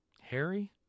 Harry